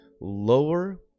lower